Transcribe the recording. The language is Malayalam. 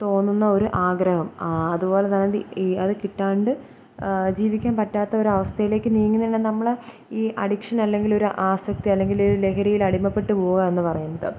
തോന്നുന്ന ഒരു ആഗ്രഹം അതുപോലെതന്നെ ഈ അതു കിട്ടാണ്ട് ജീവിക്കാൻ പറ്റാത്ത ഒരു അവസ്ഥയിലേക്ക് നീങ്ങുന്നതു തന്നെ നമ്മളുടെ ഈ അഡിക്ഷൻ അല്ലെങ്കിൽ ഒരു ആസക്തി അല്ലെങ്കിൽ ഒരു ലഹരിയിൽ അടിമപ്പെട്ടു പോകുക എന്നുപറയുന്നത്